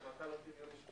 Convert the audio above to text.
החלטה לא שוויונית.